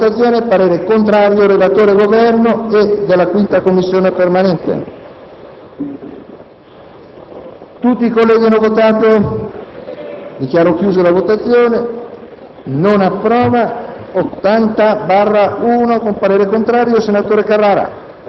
le considerazioni sviluppate del collega D’Alı` per l’altro emendamento, perche´ sono in stretta connessione, atteso il deficit che tutti riconoscono, anche i colleghi della maggioranza, sull’efficienza ed efficacia dell’azione dei consorzi attualmente esistenti nella Regione Campania.